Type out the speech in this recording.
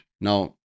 now